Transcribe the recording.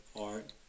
art